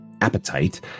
appetite